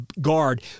guard